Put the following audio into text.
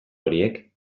horiek